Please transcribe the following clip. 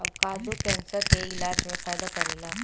avocado cancer के इलाज में फायदा करेला